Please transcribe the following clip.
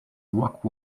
rock